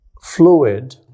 fluid